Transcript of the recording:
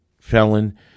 felon